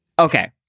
okay